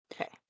okay